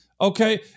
Okay